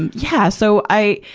and yeah, so i,